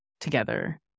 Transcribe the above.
together